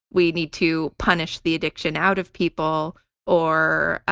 we need to punish the addiction out of people or